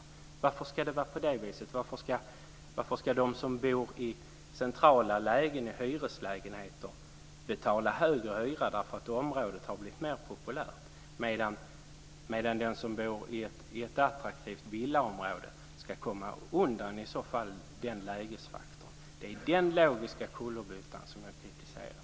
Varför ska det vara så? Varför ska de som bor i hyreslägenheter i centrala lägen betala högre hyra därför att området har blivit mer populärt, medan de som bor i ett attraktivt villaområde ska komma undan lägesfaktorn? Det var den logiska kullerbyttan som jag kritiserade.